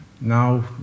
Now